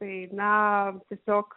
tai na tiesiog